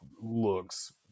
looks